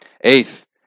Eighth